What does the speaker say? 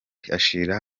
ashyira